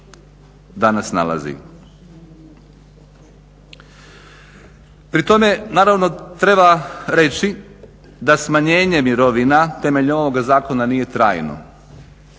danas nalazi. Pri tome naravno treba reći da smanjenje mirovina temeljem ovoga zakona nije trajno.